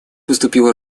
поступила